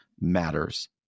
matters